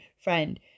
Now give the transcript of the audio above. Friend